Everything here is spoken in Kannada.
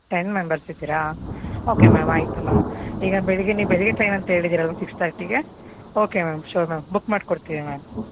ಟೆನ್ ಮೆಂಬರ್ಸ್ ಇದ್ದೀರಾ ಓಕೆ ಮ್ಯಾಮ್ ಆಯಿತು ಮ್ಯಾಮ್ ಈಗ ಬೆಳಿಗ್ಗೆ ನೀವು ಬೆಳಿಗ್ಗೆ ಟ್ರೈನ್ ಅಂತ ಹೇಳಿದಿರಲ್ಲ ಸಿಕ್ಸ್ ತರ್ಟಿಗೆ okay ma'am sure ma'am book ಮಾಡಿಕೊಡ್ತಿನಿ ಮ್ಯಾಮ್